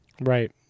Right